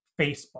Facebook